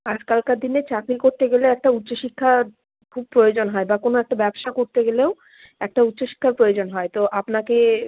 আজকালকার দিনে চাকরি করতে গেলে একটা উচ্চশিক্ষার খুব প্রয়োজন হয় বা কোনো একটা ব্যবসা করতে গেলেও একটা উচ্চশিক্ষার প্রয়োজন হয় তো আপনাকে